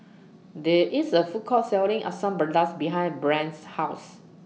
There IS A Food Court Selling Asam Pedas behind Brant's House